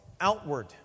outward